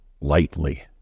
lightly